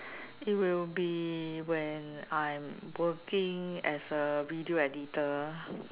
it will be when I'm working as a video editor